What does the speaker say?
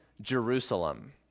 Jerusalem